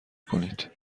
کنید